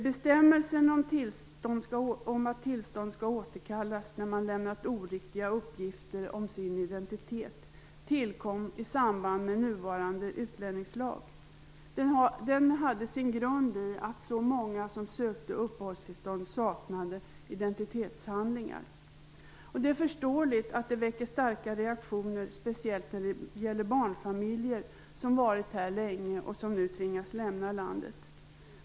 Bestämmelsen om att tillstånd skall återkallas när man lämnat oriktiga uppgifter om sin identitet tillkom i samband med nuvarande utlänningslag. Den hade sin grund i att så många som sökte uppehållstillstånd saknade identitetshandlingar. Det är förståeligt att det väcker starka reaktioner, speciellt när det gäller barnfamiljer som varit här länge och som nu tvingas lämna landet.